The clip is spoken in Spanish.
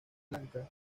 blanca